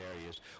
areas